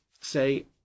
say